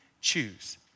choose